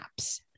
apps